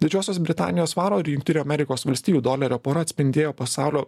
didžiosios britanijos svaro ir jungtinių amerikos valstijų dolerio pora atspindėjo pasaulio